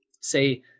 say